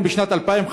והיום, בשנת 2015,